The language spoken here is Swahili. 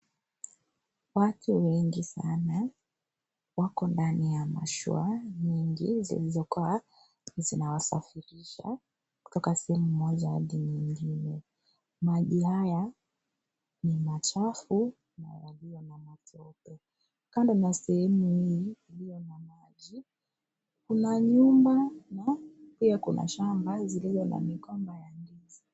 Watu wengi sana wako ndani ya mashua nyingi zilizokaa zinawasafirisha kutoka sehemu moja hadi nyingine. Maji haya ni machafu na yaliyo na matope. Kando sehemu hii iliyo na maji haya kuna nyumba pia kuna shamba ziliyo na migomba ya ndizi.